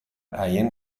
haien